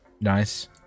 Nice